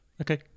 Okay